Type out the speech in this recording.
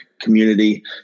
community